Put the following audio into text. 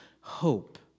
hope